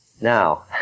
Now